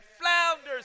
flounders